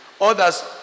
Others